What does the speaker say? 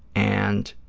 and